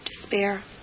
despair